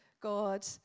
God